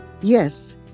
Yes